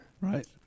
right